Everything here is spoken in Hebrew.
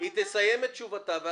תסיים את תשובתה,